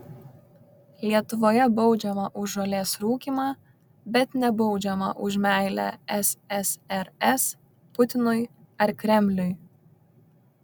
lietuvoje baudžiama už žolės rūkymą bet nebaudžiama už meilę ssrs putinui ar kremliui